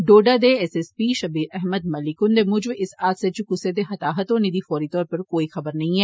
डोडा दे S S P Shabir Ahmad Malik हुन्दे मुजब इस हादसे च कुसै दे हताहत होने दी फौरी तौर उप्पर कोई खबर नेई ऐ